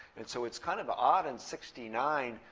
and so it's kind of odd in sixty nine.